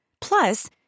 Plus